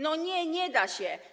No nie, nie da się.